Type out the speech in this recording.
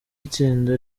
itsinda